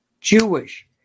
Jewish